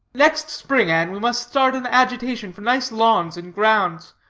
next spring, anne, we must start an agitation for nice lawns and grounds.